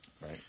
Right